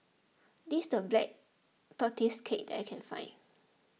this is the Black Tortoise Cake that I can find